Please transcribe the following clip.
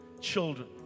children